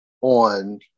on